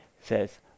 says